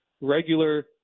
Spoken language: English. regular